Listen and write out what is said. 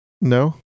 No